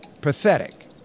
pathetic